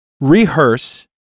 rehearse